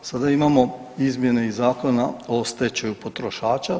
Sada imamo izmjene i Zakona o stečaju potrošača.